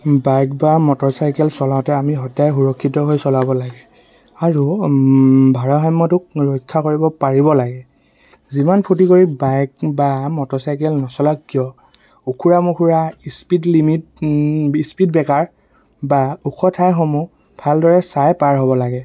bike বা motorcycle চলাওঁতে আমি সদায় সুৰক্ষিত হৈ চলাব লাগে আৰু ভাৰসাম্যতোক ৰক্ষা কৰিব পাৰিব লাগে যিমান ফুৰ্তি কৰি বাইক বা মটৰচাইকেল নচলাওক কিয় উখুৰা মুখুৰা স্পীড লিমিট স্পীড ব্ৰেকাৰ বা ওখ ঠাইসমূহ ভালদৰে চাই পাৰ হ'ব লাগে